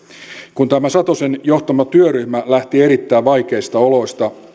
kun tämä satosen johtama työryhmä lähti erittäin vaikeista oloista